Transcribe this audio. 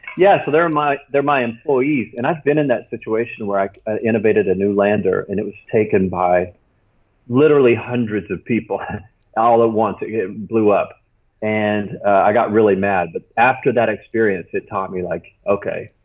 yes, they're my they're my employees and i've been in that situation where i ah innovated a new lander and it was taken by literally hundreds of people all at once it it blew up and i got really mad. but after that experience it taught me like, okay,